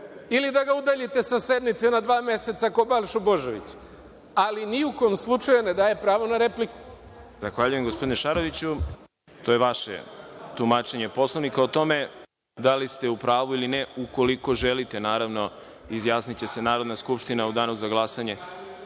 ili da ga udaljite sa sednice na dva meseca kao Balšu Božovića, ali ni u kom slučaju ne daje pravo na repliku. **Đorđe Milićević** Zahvaljujem, gospodine Šaroviću. To je vaše tumačenje Poslovnika. O tome da li ste u pravu ili ne, ukoliko želite, naravno, izjasniće se Narodna skupština u danu za